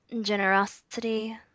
Generosity